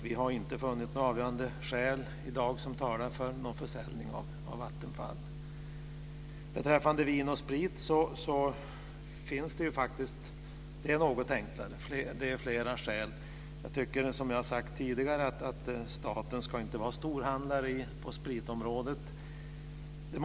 Vi har inte funnit några avgörande skäl som talar för försäljning av Vattenfall. Beträffande Vin & Sprit är det något enklare. Det finns flera skäl. Som jag har sagt tidigare, tycker jag inte att staten ska vara storhandlare på spritområdet.